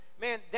man